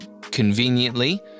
Conveniently